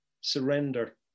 surrender